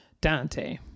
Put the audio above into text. dante